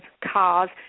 cars